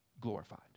glorified